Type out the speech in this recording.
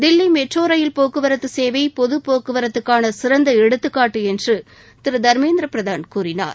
Delhi metro rail போக்குவரத்து சேவை பொது போக்குவரத்துக்கான சிறந்த எடுத்துகாட்டு என்று திரு தர்மேந்திர பிரதான் கூறினார்